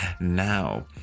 Now